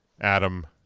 Adam